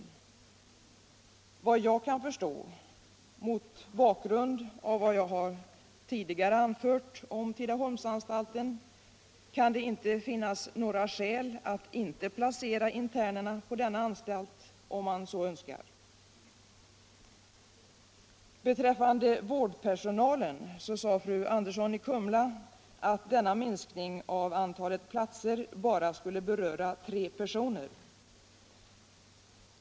Såvitt jag kan förstå kan det mot bakgrund av vad jag tidigare har anfört om Tidaholmsanstalten inte finnas några skäl att inte placera interner på denna anstalt, om man så önskar. Beträffande vårdpersonalen sade fru Andersson i Kumla att minskningen av antalet platser bara skulle beröra tre personer.